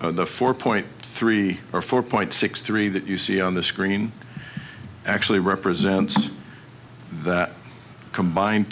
of the four point three or four point six three that you see on the screen actually represents that combined